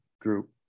group